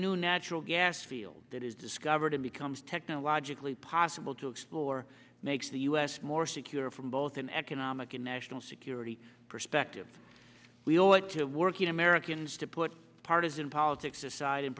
new natural gas field that is discovered and becomes technologically possible to explore makes the u s more secure from both an economic and national security perspective we owe it to working americans to put partisan politics aside and